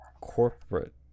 corporate